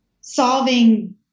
solving